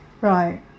Right